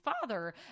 father